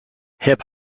hip